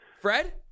Fred